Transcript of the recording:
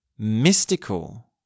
mystical